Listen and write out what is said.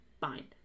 fine